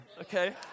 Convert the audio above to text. okay